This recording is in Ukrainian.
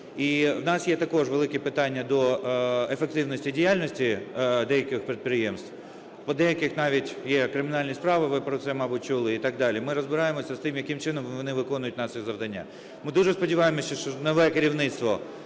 І у нас є також великі питання до ефективності діяльності деяких підприємств, по деяких навіть є кримінальні справи, ви про це, мабуть, чули і так далі, ми розбираємося з тим, яким чином вони виконують наші завдання. Ми дуже сподіваємося, що нове керівництво